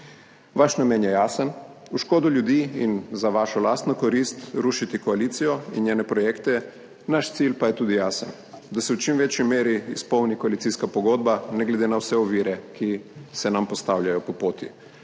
Vaš namen je jasen, v škodo ljudi in za vašo lastno korist rušite koalicijo in njene projekte. Naš cilj pa je tudi jasen, da se v čim večji meri izpolni koalicijska pogodba, ne glede na vse ovire, ki se nam postavljajo po poti.